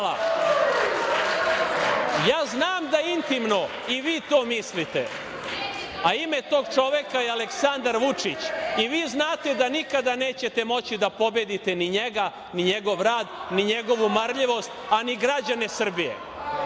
slobodarsku, nezavisnu Srbiju, a ime tog čoveka je Aleksandar Vučić i vi znate da nikada nećete moći da pobedite ni njega, ni njegov rad, ni njegovu marljivost, a ni građane Srbije.